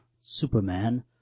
superman